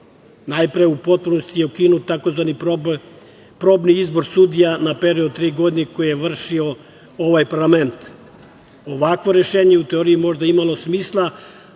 Najpre, u potpunosti je ukinut tzv. probni izbor sudija na period od tri godine koji je vršio ovaj parlament. Ovakvo rešenje je možda u teoriji imalo smisla,